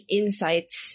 insights